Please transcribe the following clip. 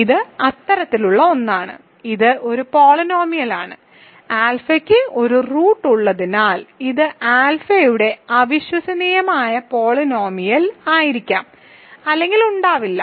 ഇത് അത്തരത്തിലുള്ള ഒന്നാണ് ഇത് ഒരു പോളിനോമിയലാണ് ആൽഫയ്ക്ക് ഒരു റൂട്ട് ഉള്ളതിനാൽ ഇത് ആൽഫയുടെ അവിശ്വസനീയമായ പോളിനോമിയൽ ആയിരിക്കാം അല്ലെങ്കിൽ ഉണ്ടാകില്ല